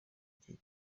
gihe